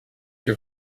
que